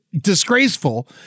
disgraceful